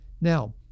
Now